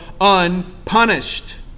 unpunished